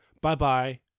Bye-bye